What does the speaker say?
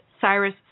Cyrus